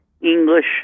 English